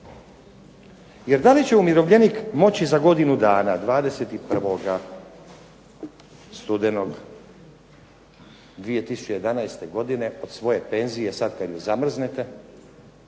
Jer da li će umirovljenik moći za godinu dana, 21. studenoga 2011. godine svoje penzije sad kad im zamrznete,